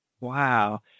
Wow